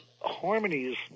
harmonies